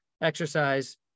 exercise